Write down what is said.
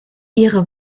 ihre